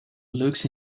looks